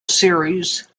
series